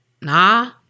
nah